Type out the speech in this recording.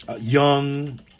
young